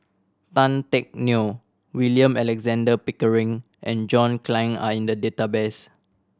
Tan Teck Neo William Alexander Pickering and John Clang are in the database